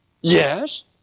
Yes